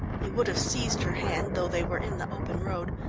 he would have seized her hand, though they were in the open road,